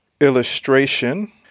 illustration